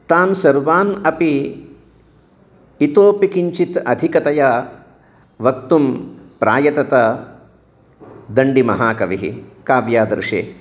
तान् सर्वान् अपि इतोऽपि किञ्चित् अधिकतया वक्तुं प्रायतता दण्डीमहाकविः काव्यादर्शे